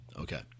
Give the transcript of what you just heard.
Okay